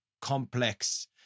complex